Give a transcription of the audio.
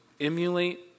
emulate